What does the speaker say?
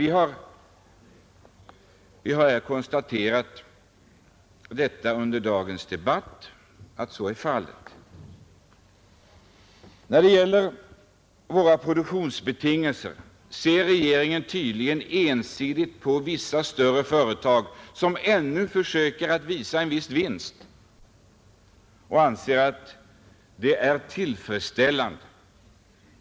Vi har under dagens debatt kunnat konstatera att så är fallet. När det gäller våra produktionsbetingelser ser regeringen tydligen ensidigt på vissa större företag, vilka ännu försöker åstadkomma en viss vinst, och anser att det är tillfredsställande.